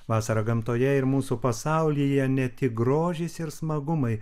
vasarą gamtoje ir mūsų pasaulyje ne tik grožis ir smagumai